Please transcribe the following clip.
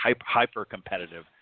hyper-competitive